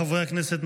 חברי הכנסת,